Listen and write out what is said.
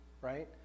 right